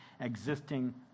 existing